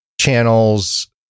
channels